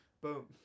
boom